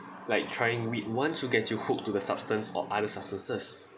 like trying weed once you get you hooked to the substance or other substances